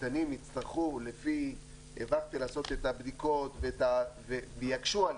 הקטנים יצטרכו לפי וכטל לעשות את הבדיקות ויקשו עליהם.